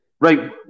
right